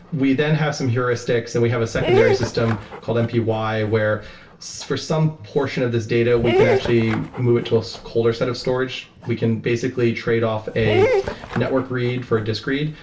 we then have some heuristics and we have a secondary system called mpy where so for some portion of this data we can actually move it to a colder set of storage. we can basically tradeoff a network read for disk read,